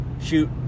shoot